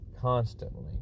constantly